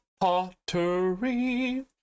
pottery